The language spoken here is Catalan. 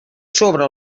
sobre